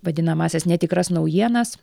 vadinamąsias netikras naujienas